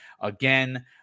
again